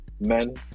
men